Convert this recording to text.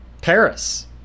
Paris